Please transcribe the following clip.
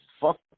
fuck